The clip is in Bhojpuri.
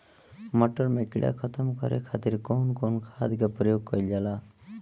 मटर में कीड़ा खत्म करे खातीर कउन कउन खाद के प्रयोग कईल जाला?